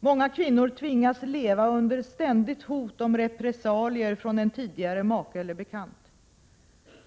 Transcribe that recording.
Många kvinnor tvingas leva under ständigt hot om repressalier från en tidigare make eller bekant.